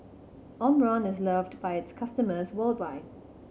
Omron is loved by its customers worldwide